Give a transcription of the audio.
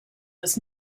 was